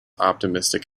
optimistic